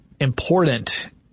important